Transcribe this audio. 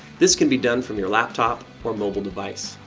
this can be done from your laptop or mobile device.